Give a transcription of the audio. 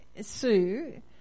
Sue